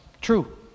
true